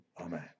amen